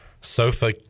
sofa